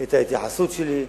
את ההתייחסות שלי.